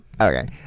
Okay